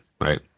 right